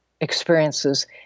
experiences